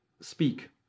speak